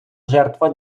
жертва